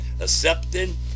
accepting